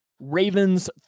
Ravens